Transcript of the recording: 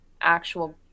actual